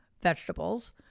vegetables